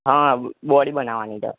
હ બોડી બનાવાની છે